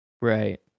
Right